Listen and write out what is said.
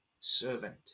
servant